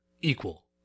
equal